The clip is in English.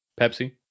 Pepsi